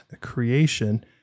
creation